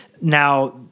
Now